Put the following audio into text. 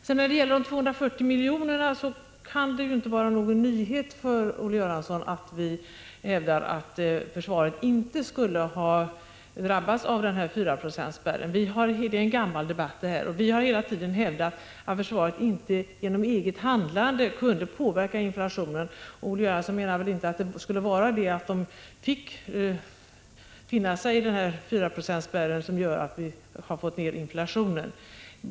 Beträffande de 240 miljonerna kan det inte vara någon nyhet för Olle Göransson att vi hävdar att försvaret inte borde ha drabbats av den här 4-procentsspärren. Detta är en gammal debatt, och vi har hela tiden hävdat att försvaret inte genom eget handlande kunde påverka inflationen. Olle Göransson menar väl inte att det faktum att försvaret fick finna sig i 4-procentsspärren gjort att vi har fått ner inflationen?